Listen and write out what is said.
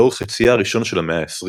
לאורך חציה הראשון של המאה ה-20,